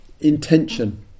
intention